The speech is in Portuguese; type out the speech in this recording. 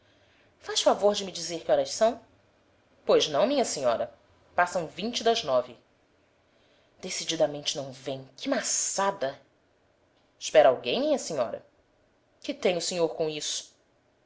faz favor de me dizer que horas são pois não minha senhora passam vinte das nove decididamente não vem que maçada espera alguém minha senhora que tem o senhor com isso